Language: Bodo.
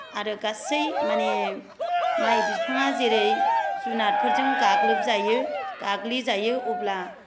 आरो गासै माने माय बिफांआ जेरै जुनारफोरजों गाग्लोबजायो गाग्लिजायो अब्ला